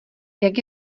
jak